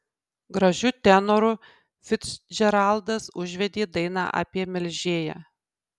gražiu tenoru ficdžeraldas užvedė dainą apie melžėją